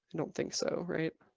don't think so, right?